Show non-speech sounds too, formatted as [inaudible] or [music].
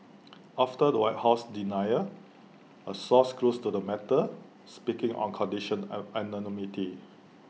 after the white house denial A source close to the matter speaking on condition [hesitation] anonymity